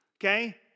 okay